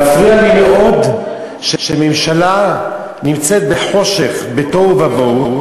מפריע לי מאוד שממשלה נמצאת בחושך, בתוהו ובוהו.